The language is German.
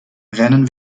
rennen